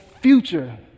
future